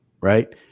Right